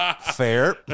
Fair